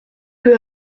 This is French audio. peu